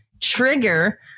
trigger